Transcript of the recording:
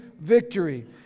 victory